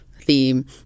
theme